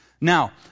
Now